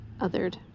othered